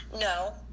No